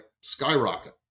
skyrocket